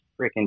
freaking